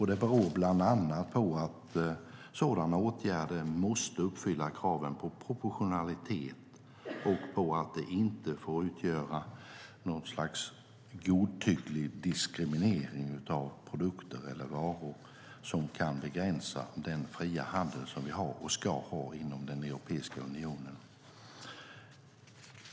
Det beror bland annat på att sådana åtgärder måste uppfylla kraven på proportionalitet och får inte utgöra något slags godtycklig diskriminering av produkter eller varor som kan begränsa den fria handel som vi har, och ska ha, inom Europeiska unionen.